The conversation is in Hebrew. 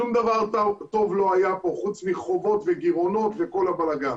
שום דבר טוב לא היה פה חוץ מחובות וגירעונות וכל הבלגאן.